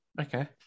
Okay